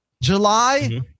July